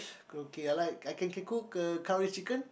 okay I like I can can cook uh curry chicken